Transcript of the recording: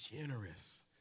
generous